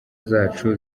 zacu